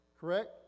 correct